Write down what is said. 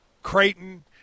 Creighton